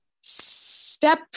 Step